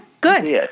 good